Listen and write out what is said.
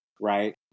right